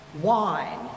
wine